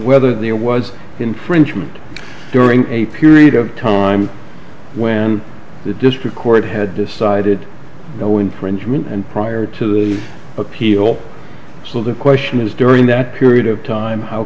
whether there was infringement during a period of time when the district court had decided no infringement and prior to the appeal so the question is during that period of time how